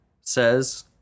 says